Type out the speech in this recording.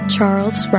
Charles